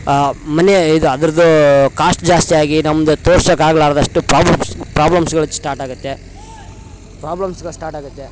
ಮನೆ ಇದು ಅದ್ರದ್ದು ಕಾಸ್ಟ್ ಜಾಸ್ತಿ ಆಗಿ ನಮ್ಮದು ತೋರ್ಸೊಕ್ಕಾಗಲಾರ್ದಷ್ಟು ಪ್ರಾಬ್ಲಮ್ಸ್ ಪ್ರಾಬ್ಲಮ್ಸ್ಗಳು ಸ್ಟಾರ್ಟ್ ಆಗುತ್ತೆ ಪ್ರಾಬ್ಲಮ್ಸ್ಗಳು ಸ್ಟಾರ್ಟ್ ಆಗುತ್ತೆ